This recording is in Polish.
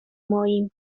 moim